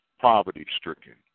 poverty-stricken